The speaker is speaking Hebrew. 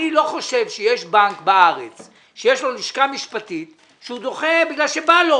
אני לא חושב שיש בנק בארץ שיש לו לשכה משפטית שהוא דוחה בגלל שבא לו.